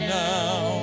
now